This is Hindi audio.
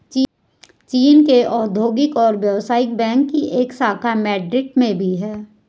चीन के औद्योगिक और व्यवसायिक बैंक की एक शाखा मैड्रिड में भी है